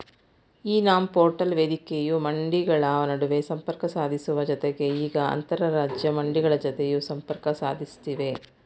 E NAM portal ವೇದಿಕೆಯು ಮಂಡಿಗಳ ನಡುವೆ ಸಂಪರ್ಕ ಸಾಧಿಸುವ ಜತೆಗೆ ಈಗ ಅಂತರರಾಜ್ಯ ಮಂಡಿಗಳ ಜತೆಯೂ ಸಂಪರ್ಕ ಸಾಧಿಸ್ತಿವೆ